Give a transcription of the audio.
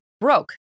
broke